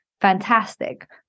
Fantastic